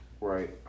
right